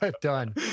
Done